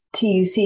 TUC